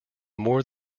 more